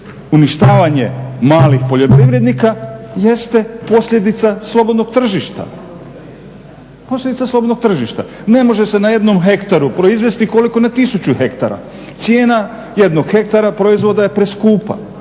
uništavanje malih poljoprivrednika jeste posljedica slobodnog tržišta. Ne može se na jednom hektaru proizvesti koliko na tisuću hektara. Cijena jednog hektara proizvoda je preskupa.